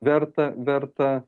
verta verta